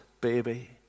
baby